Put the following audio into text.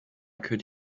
could